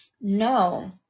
No